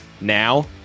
Now